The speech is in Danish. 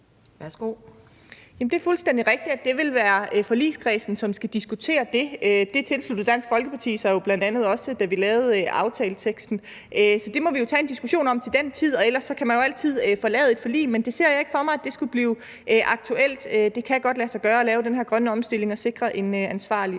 (KF): Det er fuldstændig rigtigt, at det vil være forligskredsen, som skal diskutere det. Det tilsluttede Dansk Folkeparti sig jo bl.a. også, da vi lavede aftaleteksten. Så det må vi jo tage en diskussion om til den tid, og ellers kan man jo altid få lavet et forlig, men jeg ser ikke for mig, at det skulle blive aktuelt. Det kan godt lade sig gøre at lave den her grønne omstilling og sikre en ansvarlig